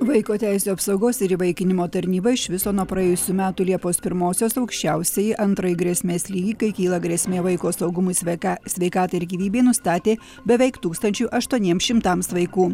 vaiko teisių apsaugos ir įvaikinimo tarnyba iš viso nuo praėjusių metų liepos pirmosios aukščiausiąjį antrąjį grėsmės lygį kai kyla grėsmė vaiko saugumui sveka sveikatai ir gyvybei nustatė beveik tūkstančiui aštuoniem šimtams vaikų